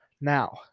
Now